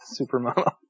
Supermodel